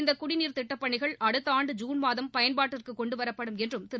இந்த குடிநீர் திட்டப்பணிகள் அடுத்த ஆண்டு ஜுன் மாதம் பயன்பாட்டிற்கு கொண்டுவரப்படும் என்றும் திரு